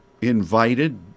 invited